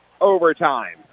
overtime